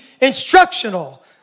instructional